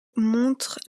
montrent